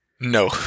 no